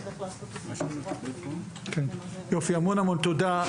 המון תודה.